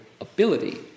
ability